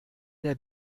der